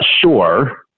Sure